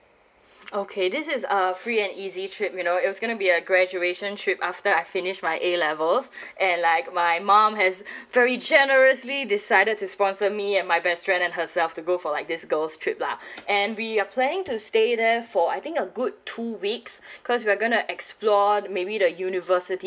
okay this is uh free and easy trip you know it's gonna be a graduation trip after I finish my A levels and like my mum has very generously decided to sponsor me and my best friend and herself to go for like this girls' trip lah and we are planning to stay there for I think a good two weeks because we're gonna explore the maybe the university